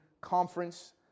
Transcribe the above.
conference